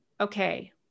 okay